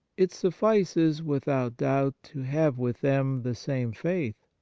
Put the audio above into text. it suffices without doubt to have with them the same faith,